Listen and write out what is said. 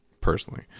personally